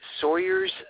Sawyer's